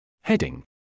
Heading